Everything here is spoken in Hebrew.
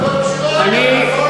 והיא דיברה שלוש דקות כשלא,